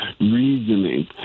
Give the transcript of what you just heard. reasoning